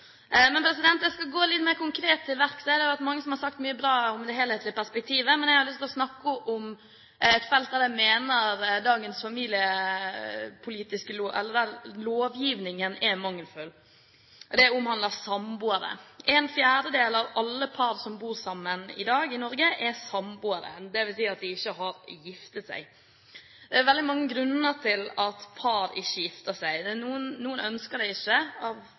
Men jeg skal gå litt mer konkret til verks. Det har vært mange som har sagt mye bra om det helhetlige perspektivet, men jeg har lyst til å snakke om et felt der jeg mener at dagens familiepolitiske lovgivning er mangelfull, og det omhandler samboere. En fjerdedel av alle par som bor sammen i dag i Norge, er samboere, dvs. at de ikke har giftet seg. Det er veldig mange grunner til at par ikke gifter seg. Noen ønsker det ikke av